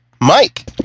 Mike